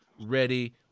ready